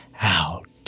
out